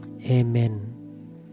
Amen